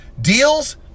Deals